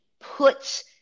puts